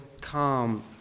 calm